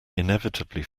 inevitably